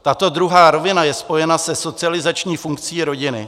Tato druhá rovina je spojena se socializační funkcí rodiny.